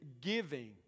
giving